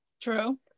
True